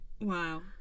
Wow